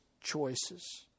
choices